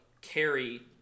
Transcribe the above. carry